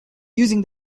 using